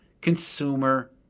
consumer